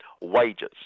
Wages